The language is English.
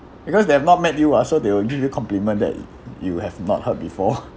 because they have not met you ah so they will give you compliment that you have not heard before